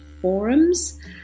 forums